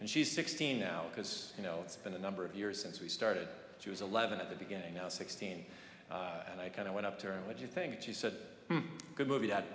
and she's sixteen now because you know it's been a number of years since we started she was eleven at the beginning now sixteen and i kind of went up to her and what do you think she said good movie that